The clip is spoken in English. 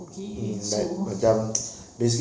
okay so